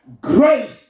Grace